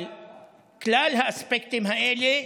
אבל כלל האספקטים האלה.